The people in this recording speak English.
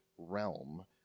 realm